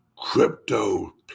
Crypto